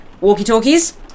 Walkie-talkies